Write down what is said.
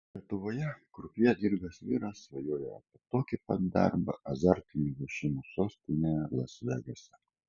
lietuvoje krupjė dirbęs vyras svajojo apie tokį pat darbą azartinių lošimų sostinėje las vegase